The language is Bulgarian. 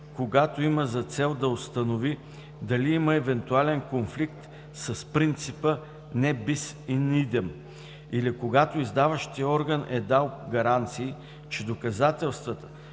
когато има за цел да се установи дали има евентуален конфликт с принципа „ne bis in idem”, или когато издаващият орган е дал гаранции, че доказателствата,